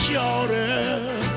Shorter